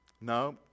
No